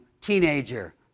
teenager